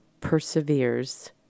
perseveres